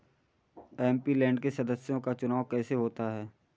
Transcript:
MP land के सदस्यों का चुनाव कैसे होता है?